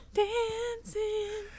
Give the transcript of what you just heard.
dancing